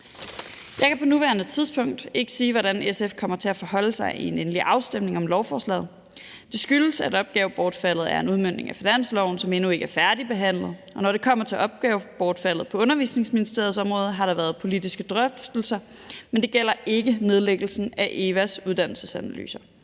Jeg kan på nuværende tidspunkt ikke sige, hvordan SF kommer til at forholde sig i en endelig afstemning om lovforslaget. Det skyldes, at opgavebortfaldet er en udmøntning af finansloven, som endnu ikke er færdigbehandlet. Når det kommer til opgavebortfaldet på undervisningsministeriets område, har der været politiske drøftelser, men det gælder ikke nedlæggelsen af EVA's uddannelsesanalyser.